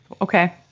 okay